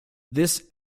this